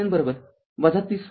९४७ volt मिळेल